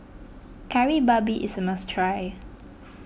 Kari Babi is a must try